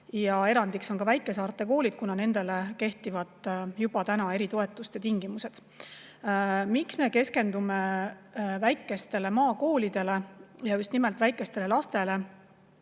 ära. Erandiks on ka väikesaarte koolid, kuna seal juba kehtivad erinevad toetuste tingimused. Miks me keskendume väikestele maakoolidele ja just nimelt väikestele lastele?